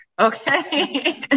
Okay